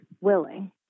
willing